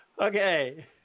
Okay